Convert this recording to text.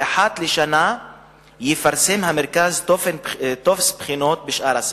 ואחת לשנה יפרסם המרכז טופס בחינות בשאר השפות.